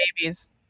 babies